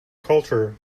culture